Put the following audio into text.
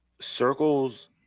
circles